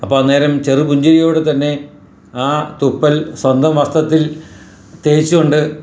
അപ്പോൾ അന്നേരം ചെറുപുഞ്ചിരിയോട് തന്നെ ആ തുപ്പൽ സ്വന്തം വസ്ത്രത്തിൽ തേച്ചുകൊണ്ട്